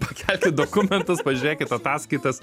pakelkit dokumentus pažiūrėkit ataskaitas